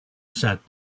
sat